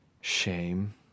shame